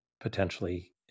potentially